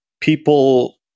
people